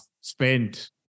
spent